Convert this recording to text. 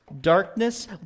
darkness